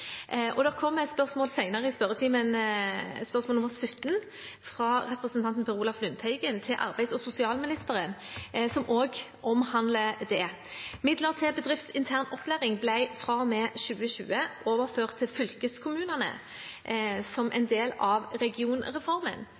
Det kommer et spørsmål senere i spørretimen – spørsmål 17, fra representanten Per Olaf Lundteigen til arbeids- og sosialministeren – som også omhandler det. Midler til bedriftsintern opplæring ble fra og med 2020 overført til fylkeskommunene, som en del av regionreformen.